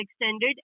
extended